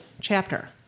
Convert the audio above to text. chapter